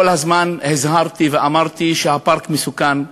כל הזמן הזהרתי ואמרתי שהפארק מסוכן,